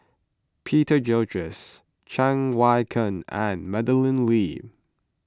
Peter Gilchrist Cheng Wai Keung and Madeleine Lee